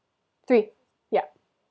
three yup